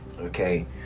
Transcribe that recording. okay